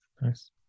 nice